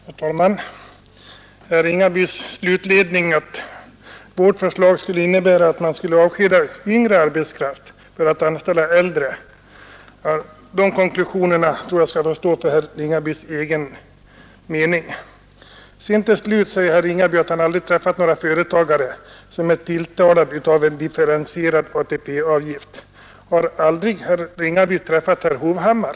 Herr talman! Herr Ringabys slutledning, att vårt förslag skulle innebära att man skulle avskeda yngre arbetskraft för att anställa äldre, får stå för herr Ringabys egen räkning. Till slut säger herr Ringaby att han aldrig träffat några företagare som är tilltalade av en differentierad ATP-avgift. Har aldrig herr Ringaby träffat herr Hovhammar?